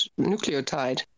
nucleotide